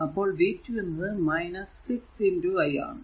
അപ്പോൾ v2 എന്നത് 6 i ആണ്